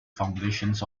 foundations